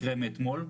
מקרה מאתמול,